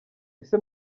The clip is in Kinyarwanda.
ese